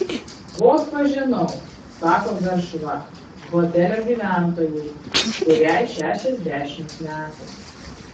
vos pažinau sako garšva hotelio gyventojai kuriai šešiasdešimt metų